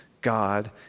God